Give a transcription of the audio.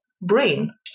brain